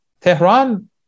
Tehran